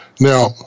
Now